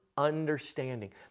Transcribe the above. understanding